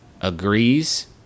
agrees